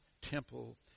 temple